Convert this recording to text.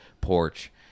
porch